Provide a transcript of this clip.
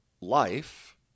life